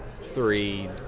three